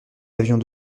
avions